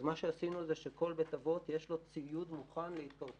אז מה שעשינו הוא שלכל בית אבות יש ציוד מוכן להתפרצות.